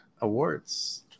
awards